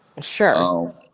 Sure